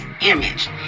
image